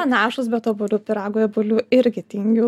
panašūs bet obuolių pyragui obuolių irgi tingiu